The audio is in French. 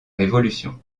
révolution